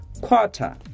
quarter